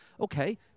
okay